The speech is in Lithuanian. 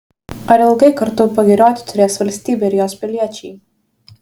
ar ilgai kartu pagirioti turės valstybė ir jos piliečiai